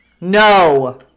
No